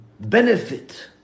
benefit